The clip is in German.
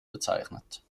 bezeichnet